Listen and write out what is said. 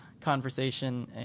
conversation